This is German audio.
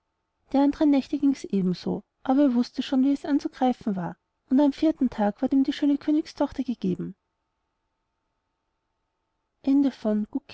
die andern nächte gings ebenso aber er wußte schon wie es anzugreifen war und am vierten tag ward ihm die schöne königstochter gegeben